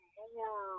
more